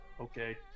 okay